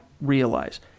realize